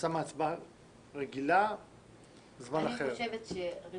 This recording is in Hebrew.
השעה 02:49. אנחנו פה על מנת לדון בטענת נושא חדש שהגיש